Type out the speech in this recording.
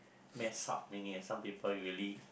messed up many of some people really